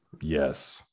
Yes